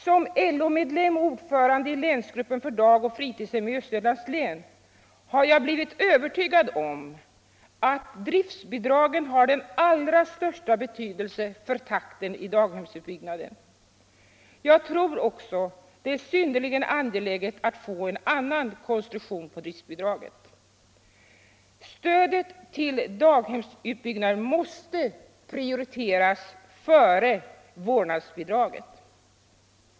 Som LO-medlem och ordförande i Länsgruppen för dag och fritidshem i Östergötlands län har jag blivit övertygad om att driftbidraget har den allra största betydelse för takten i daghemsutbyggnaden. Jag tror också att det är synnerligen angeläget att få en annan konstruktion på driftbidraget. Stödet till daghemsutbyggnaden måste prioriteras före vårdnadsbidraget.